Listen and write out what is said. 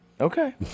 Okay